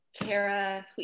kara